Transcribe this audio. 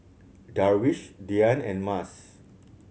Darwish Dian and Mas